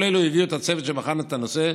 כל אלה הביאו את הצוות שבחן את הנושא,